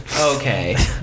Okay